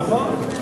נכון.